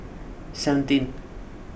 seventeenth